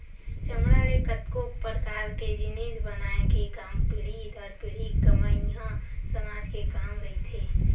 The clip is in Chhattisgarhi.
चमड़ा ले कतको परकार के जिनिस बनाए के काम पीढ़ी दर पीढ़ी पईकहा समाज के काम रहिथे